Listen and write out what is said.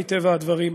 מטבע הדברים,